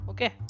Okay